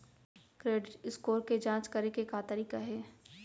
Credit score के जाँच करे के का तरीका हे?